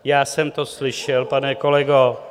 já jsem to slyšel, pane kolego.